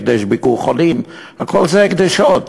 הקדש "ביקור חולים"; כל אלה הקדשים,